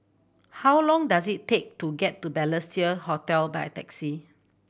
how long does it take to get to Balestier Hotel by taxi